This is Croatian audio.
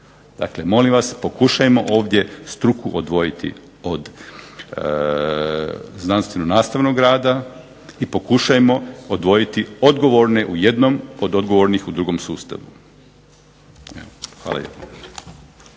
Dakle, molim vas pokušajmo ovdje struku odvojiti od znanstveno nastavnog rada i pokušajmo odvojiti odgovorne u jednom od odgovornih u drugom sustavu. Evo, hvala